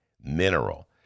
Mineral